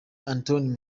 anthony